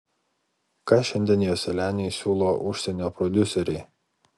ką šiandien joselianiui siūlo užsienio prodiuseriai